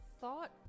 thought